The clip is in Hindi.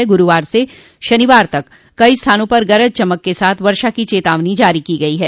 वहीं गुरूवार से शनिवार तक कई स्थानों पर गरज चमक के साथ वर्षा की चेतावनी जारी की है